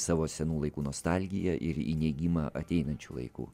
savo senų laikų nostalgiją ir į neigimą ateinančių laikų